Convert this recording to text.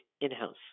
in-house